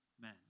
men